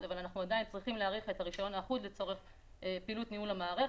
אבל זה שהיא צריכה לקום במלואה?